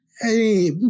Hey